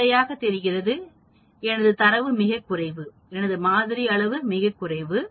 வெளிப்படையாக தெரிகிறது எனதுதரவு மிகக் குறைவு எனது மாதிரி அளவு மிகக் குறைவு